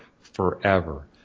forever